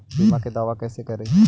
बीमा के दावा कैसे करी?